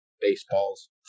Baseball's